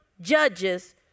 judges